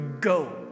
go